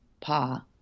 Pa